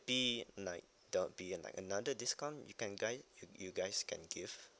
be like there will be like another discount you can guy you guys can give